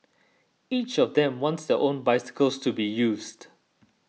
each of them wants their own bicycles to be used